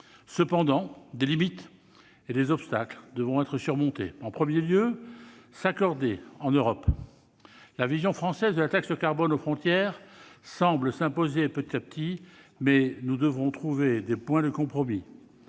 Cependant, des limites et des obstacles devront être surmontés. Tout d'abord, l'Europe doit s'accorder. La vision française de la taxe carbone aux frontières semble s'imposer peu à peu, mais nous devrons trouver des points de compromis.